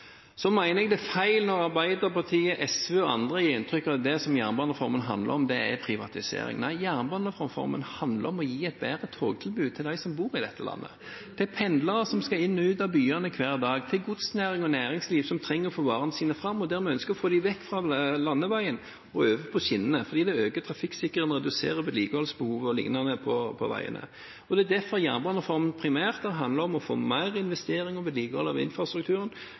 Så mener jeg det er feil når Arbeiderpartiet, SV og andre gir inntrykk av at det jernbanereformen handler om, er privatisering. Nei, jernbanereformen handler om å gi et bedre togtilbud til dem som bor i dette landet. Det er pendlere som skal inn og ut av byene hver dag, det er godsnæring og næringsliv som trenger å få varene sine fram, og vi ønsker å få dem vekk fra landeveien og over på skinnene, fordi det øker trafikksikkerheten og reduserer vedlikeholdsbehov o.l. på veiene. Det er derfor jernbanereformen primært har handlet om å få mer investering og vedlikehold av infrastrukturen.